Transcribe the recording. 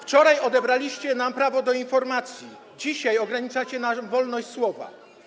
Wczoraj odebraliście nam prawo do informacji, dzisiaj ograniczacie nam wolność słowa.